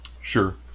Sure